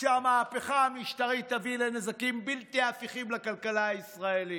שהמהפכה המשטרית תביא לנזקים בלתי הפיכים לכלכלה הישראלית,